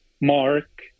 Mark